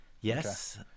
Yes